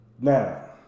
Now